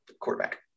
quarterback